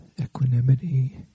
equanimity